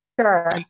Sure